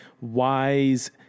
wise